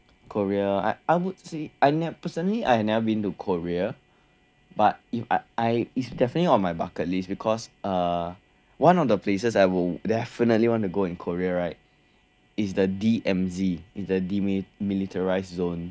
Korea I I would say I never personally Ihave never been to Korea but if I I is definitely on my bucket list because uh one of the places I will definitely want to go in Korea right is the D_M_Z is the demilitarised zone